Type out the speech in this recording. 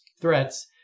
threats